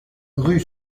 rue